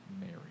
Mary